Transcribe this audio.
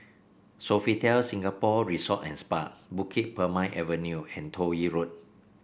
Sofitel Singapore Resort and Spa Bukit Purmei Avenue and Toh Yi Road